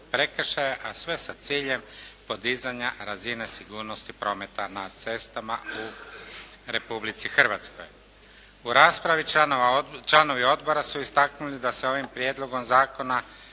prekršaje, a sve sa ciljem podizanja razine sigurnosti prometa na cestama u Republici Hrvatskoj. U raspravi članovi odbora su istaknuli da se ovim prijedlogom zakona